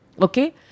Okay